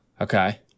okay